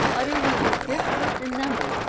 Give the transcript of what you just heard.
utterly resistless in numbers,